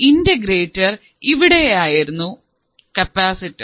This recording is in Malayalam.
ഇവിടെ ആയിരുന്നു കപ്പാസിറ്റർ